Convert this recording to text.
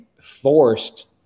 forced